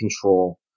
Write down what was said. control